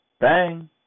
Bang